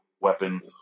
weapons